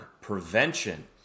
prevention